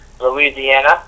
Louisiana